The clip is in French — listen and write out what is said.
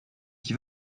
qui